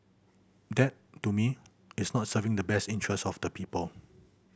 that to me is not serving the best interests of the people